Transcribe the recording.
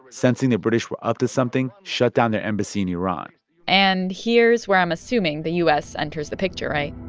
sensing the british were up to something, shut down their embassy in iran and here's where i'm assuming the u s. enters the picture, right?